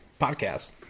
podcast